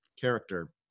character